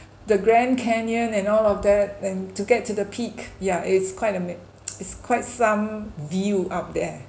the grand canyon and all of that and to get to the peak ya it's quite ama~ it's quite some view up there